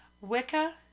Wicca